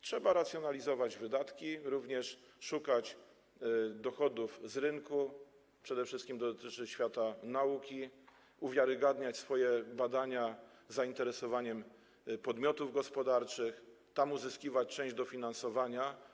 Trzeba racjonalizować wydatki, również szukać dochodów z rynku - przede wszystkim dotyczy to świata nauki - uwiarygadniać swoje badania zainteresowaniem podmiotów gospodarczych, tam uzyskiwać część dofinansowania.